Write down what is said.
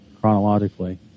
chronologically